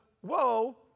whoa